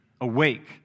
awake